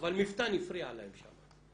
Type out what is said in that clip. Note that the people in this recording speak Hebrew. אבל מפתן הפריע להם שם.